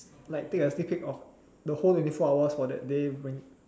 like take a sneak peek for like the whole twenty four hour of that day